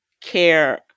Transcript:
care